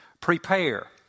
Prepare